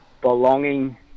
belonging